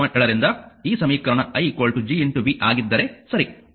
7 ರಿಂದ ಈ ಸಮೀಕರಣ i Gv ಆಗಿದ್ದರೆ ಸರಿ